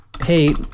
hey